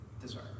deserve